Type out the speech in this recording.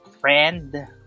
friend